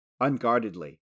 unguardedly